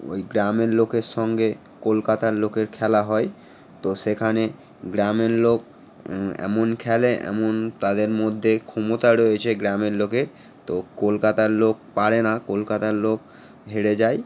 ওই গ্রামের লোকের সঙ্গে কলকাতার লোকের খেলা হয় তো সেখানে গ্রামের লোক এমন খেলে এমন তাদের মধ্যে ক্ষমতা রয়েছে গ্রামের লোকের তো কলকাতার লোক পারে না কলকাতার লোক হেরে যায়